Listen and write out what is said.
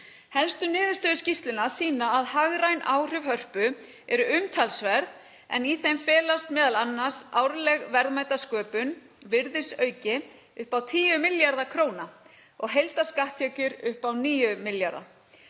Helstu niðurstöður skýrslunnar sýna að hagræn áhrif Hörpu eru umtalsverð en í þeim felast m.a. árleg verðmætasköpun, virðisauki upp á 10 milljarða kr. og heildarskatttekjur upp á 9 milljarða.